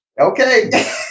okay